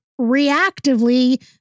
reactively